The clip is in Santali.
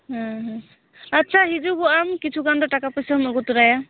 ᱟᱪᱪᱷᱟ ᱦᱤᱡᱩᱜᱚᱜᱼᱟᱢ ᱠᱤᱪᱷᱩ ᱜᱟᱱ ᱫᱚ ᱴᱟᱠᱟ ᱯᱚᱭᱥᱟᱢ ᱟᱹᱜᱩ ᱛᱚᱨᱟᱭᱟ